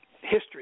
history